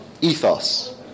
Ethos